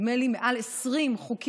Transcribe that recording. נדמה לי שהיו יותר מ-20 חוקים,